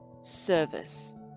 service